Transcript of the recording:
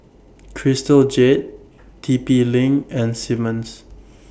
Crystal Jade T P LINK and Simmons